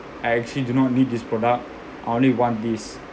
I actually do not need this product I only want this